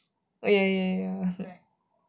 oh ya ya ya